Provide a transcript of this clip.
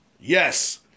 yes